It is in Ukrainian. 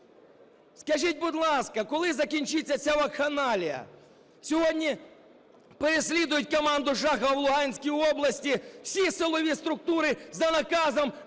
Скажіть, будь ласка, коли закінчиться ця вакханалія? Сьогодні переслідують команду Шахова в Луганській області, всі силові структури за наказом